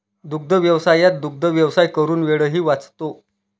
दुग्धव्यवसायात दुग्धव्यवसाय करून वेळही वाचतो